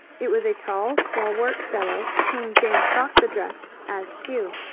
it was a tall, stalwart fellow whom james fox addressed as hugh.